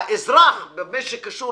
האזרח במה שקשור